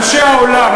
אנשי העולם,